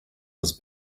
his